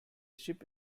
ship